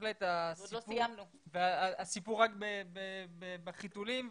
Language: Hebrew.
בהחלט הסיפור רק בחיתולים,